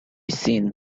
seen